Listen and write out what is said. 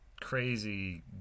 crazy